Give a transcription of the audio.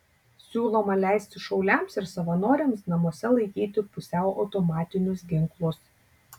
siūloma leisti šauliams ir savanoriams namuose laikyti pusiau automatinius ginklus